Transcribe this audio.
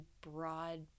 broad